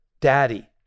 daddy